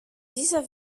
dieser